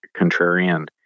contrarian